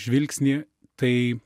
žvilgsnį tai